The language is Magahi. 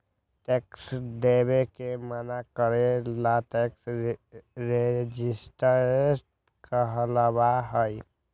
टैक्स देवे से मना करे ला टैक्स रेजिस्टेंस कहलाबा हई